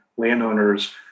landowners